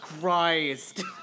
Christ